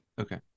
Okay